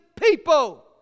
people